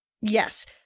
Yes